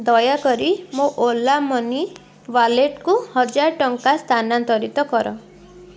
ଦୟାକରି ମୋ ଓଲା ମନି ୱାଲେଟ୍କୁ ହଜାରେ ଟଙ୍କା ସ୍ଥାନାନ୍ତରିତ କର